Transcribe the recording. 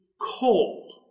cold